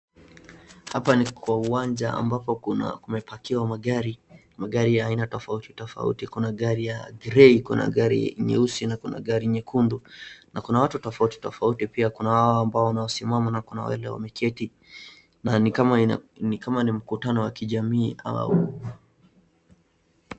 Hapa ni kwa uwanja ambapo kumepakiwa magari, magari ya aina tofauti tofauti, kuna gari ya grey ,kuna gari nyeusi na kuna gari nyekundu na kuna watu tofauti tofauti pia, kuna wao ambao wanaosimama na kuna wale wameketi. Na ni kama ni mkutano wa kijamii au.